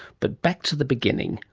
but back to the beginning.